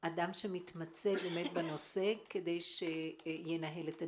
אדם שמתמצא בנושא כדי שינהל את הדיון,